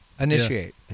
Initiate